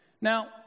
now